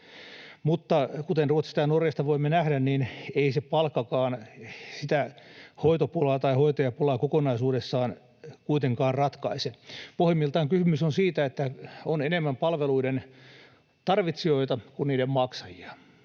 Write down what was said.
Mutta kuten Ruotsista ja Norjasta voimme nähdä, niin ei se palkkakaan sitä hoitajapulaa kokonaisuudessaan kuitenkaan ratkaise. Pohjimmiltaan kysymys on siitä, että on enemmän palveluiden tarvitsijoita kuin niiden maksajia.